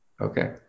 Okay